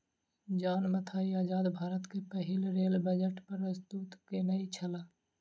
John Mathai आजाद भारत के पहिल रेल बजट प्रस्तुत केनई छला